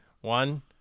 One